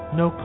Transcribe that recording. no